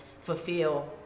fulfill